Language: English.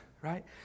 right